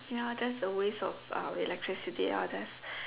ya that's a waste of uh electricity ya there's